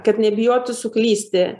kad nebijotų suklysti